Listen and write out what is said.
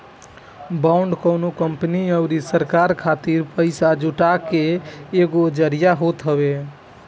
bond कवनो company अउरी सरकार खातिर पईसा जुटाए के एगो जरिया होत हवे